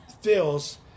feels